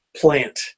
plant